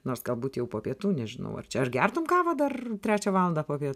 nors galbūt jau po pietų nežinau ar čia ar gertum kavą dar trečią valandą popiet